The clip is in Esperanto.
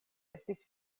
estis